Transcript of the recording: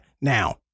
Now